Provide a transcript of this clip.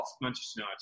Manchester